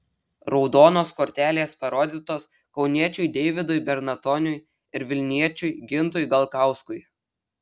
raudonos kortelės parodytos kauniečiui deividui bernatoniui ir vilniečiui gintui galkauskui